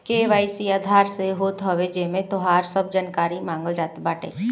KYC Aadhaar से होत हवे जेमे तोहार सब जानकारी मांगल जात बाटे